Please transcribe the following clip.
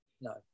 No